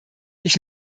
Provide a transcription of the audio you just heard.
ich